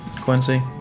Quincy